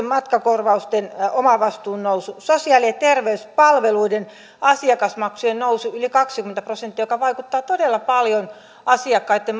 matkakorvausten omavastuun noususta sosiaali ja terveyspalveluiden asiakasmaksujen noususta yli kahdellakymmenellä prosentilla joka vaikuttaa todella paljon asiakkaitten